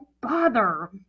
bother